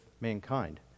mankind